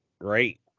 right